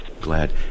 glad